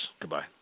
Goodbye